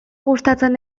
gustatzen